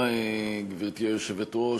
גברתי היושבת-ראש,